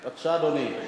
בבקשה, אדוני.